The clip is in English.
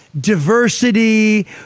diversity